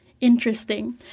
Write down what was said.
interesting